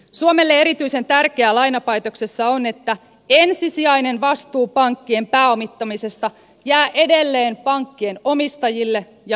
suomelle erityisen tärkeää lainapäätöksessä on että ensisijainen vastuu pankkien pääomittamisesta jää edelleen pankkien omistajille ja velkojille